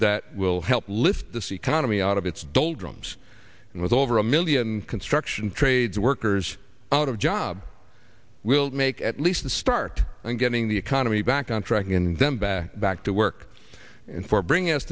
that will help lift this economy out of its doldrums and with over a million construction trades workers out of job will make at least a start and getting the economy back on track and then back back to work and for bring